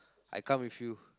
I come with you